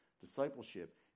Discipleship